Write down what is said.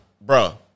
bro